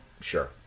Sure